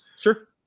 sure